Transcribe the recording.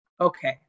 okay